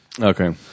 Okay